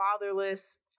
fatherless